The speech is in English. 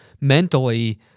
mentally